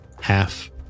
half